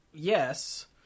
Yes